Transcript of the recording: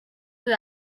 peu